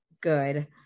good